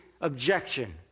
objection